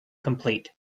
complete